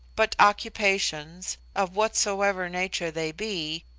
but occupations, of whatsoever nature they be,